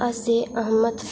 असैह्मत